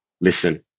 listen